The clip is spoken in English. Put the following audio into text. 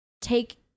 take